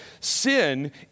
sin